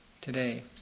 today